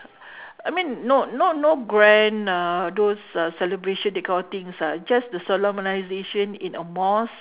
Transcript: I mean no no no grand uh those celebration uh that kind of things ah just a solemnisation in a mosque